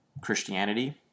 Christianity